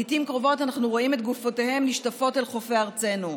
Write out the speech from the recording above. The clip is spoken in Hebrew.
לעיתים קרובות אנו רואים את גופותיהם נשטפות אל חופי ארצנו.